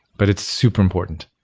but it's super important.